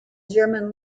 german